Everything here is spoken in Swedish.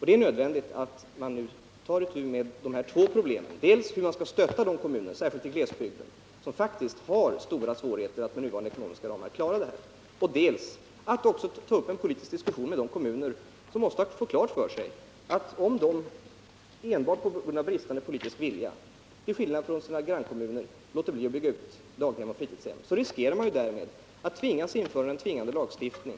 Det är nödvändigt att nu ta itu med två saker: man skall dels stötta de kommuner, särskilt i glesbygden, som faktiskt har stora svårigheter att med nuvarande ekonomiska ramar klara en utbyggnad av barnomsorgen, dels ta upp en politisk diskussion med de kommuner som måste få klart för sig att om de enbart på grund av bristande politisk vilja, till skillnad från sina grannkommuner, låter bli att bygga ut daghem och fritidshem, så riskerar de därmed att man nödgas införa en tvingande lagstiftning.